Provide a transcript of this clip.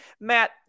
Matt